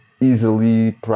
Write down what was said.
easily